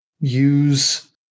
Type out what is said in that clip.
use